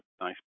nice